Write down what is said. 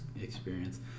experience